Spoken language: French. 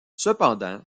cependant